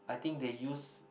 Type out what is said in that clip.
I think they use